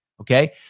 Okay